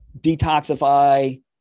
detoxify